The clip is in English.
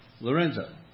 Lorenzo